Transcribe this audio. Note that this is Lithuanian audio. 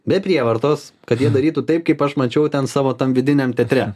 be prievartos kad jie darytų taip kaip aš mačiau ten savo tam vidiniam teatre